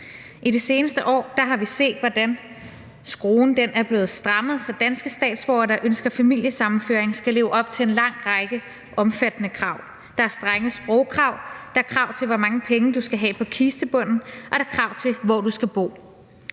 I det seneste år har vi set, hvordan skruen er blevet strammet, så danske statsborgere, der ønsker familiesammenføring, skal leve op til en lang række omfattende krav. Der er strenge sprogkrav, der er krav til, hvor mange penge du skal have på kistebunden, og der er krav til, hvor du skal bo.